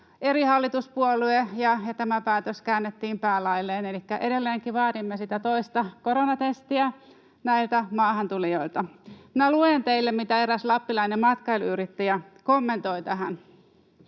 eri hallituspuolue ja tämä päätös käännettiin päälaelleen. Elikkä edelleenkin vaadimme sitä toista koronatestiä näiltä maahantulijoilta. Minä luen teille, mitä eräs lappilainen matkailuyrittäjä kommentoi tähän: